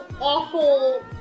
awful